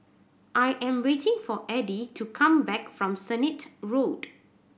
I am waiting for Edie to come back from Sennett Road